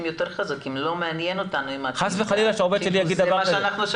חס וחלילה שעובד שלי יגיד דבר כזה.